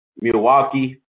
Milwaukee